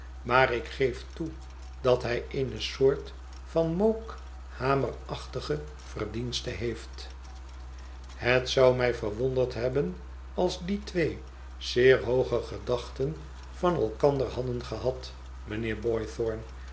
maar ik geef toe dat hij eene soort van mookhamerachtige verdienste heeft het zou mij verwonderd hebben als die twee zeer hooge gedachten van elkander hadden gehad